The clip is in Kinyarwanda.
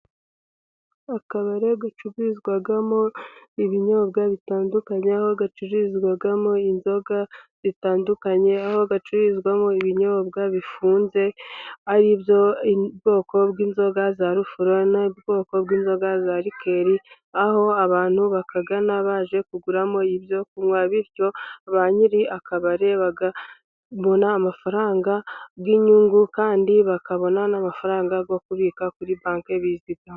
Akabari gacururizwamo ibinyobwa bitandukanye, aho gacururizwamo inzoga zitandukanye, aho gacururizwamo ibinyobwa bifunze, aribyo ubwoko bw'inzoga za rufuro, n'ubwoko bw'inzoga za rikeri, aho abantu bakagana baje kuguramo ibyo kunywa. Bityo ba nyiri akabari bakabona amafaranga y'inyungu kandi bakabona n'amafaranga yo kubika kuri banki bizigama.